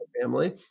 family